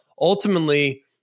Ultimately